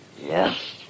Yes